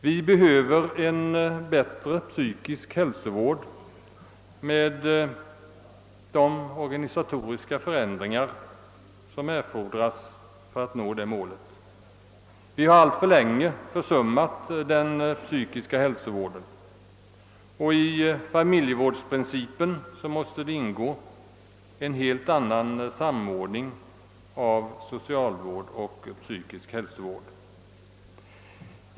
Vi behöver en bättre psykisk hälsovård med de organisatoriska förändringar som erfordras för att nå det målet. Alltför länge har vi försummat den psykiska hälsovården, och i familjevårdprincipen måste ingå en helt annan samordning av socialvård och psykisk hälsovård.